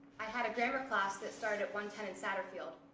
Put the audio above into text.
i had a grammar class that started at one ten in satterfield,